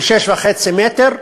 של 6.5 מטר.